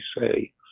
say